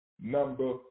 number